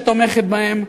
שתומכת בהם,